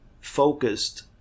focused